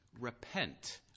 repent